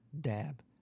dab